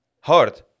hard